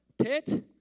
pit